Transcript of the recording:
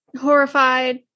horrified